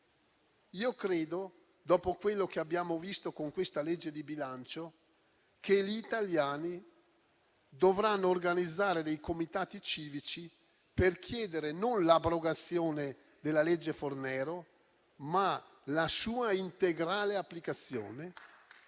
Credo, dopo quello che abbiamo visto con questa legge di bilancio, che gli italiani dovranno organizzare dei comitati civici per chiedere non l'abrogazione della legge Fornero, ma la sua integrale applicazione